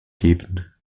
geben